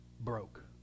broke